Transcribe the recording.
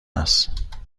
است